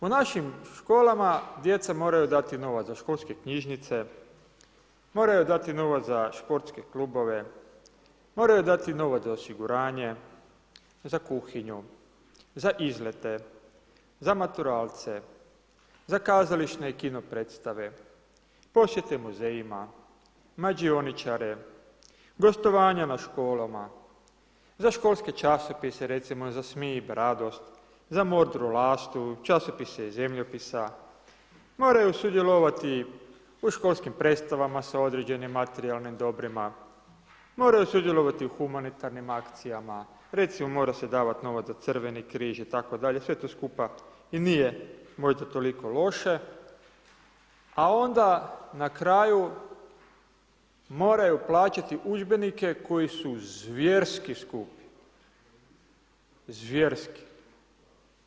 U našim školama djeca moraju dati novac za školske knjižnice, moraju dati novac za športske klubove, moraju dati novac za osiguranje, za kuhinju, za izlete, za maturalce, za kazališne i kino predstave, posjete muzejima, mađioničare, gostovanje na školama, za školske časopise recimo, za Smib, Radost, za Modru lastu, časopise iz zemljopisa, moraju sudjelovati u školskim predstava sa određenim materijalnim dobrima, moraju sudjelovati u humanitarnim akcijama, recimo mora se davati novac za Crveni križ itd., sve to skupa nije možda toliko loše a onda na kraju moraju plaćati udžbenike koji su zvjerski skupi, zvjerski.